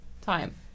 time